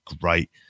great